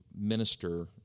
minister